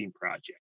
Project